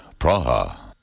Praha